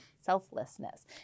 selflessness